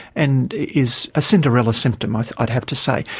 and is a cinderella symptom, ah i'd have to say.